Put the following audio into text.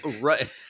Right